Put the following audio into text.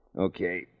Okay